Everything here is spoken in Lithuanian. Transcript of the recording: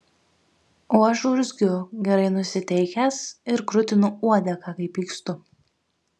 o aš urzgiu gerai nusiteikęs ir krutinu uodegą kai pykstu